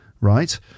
right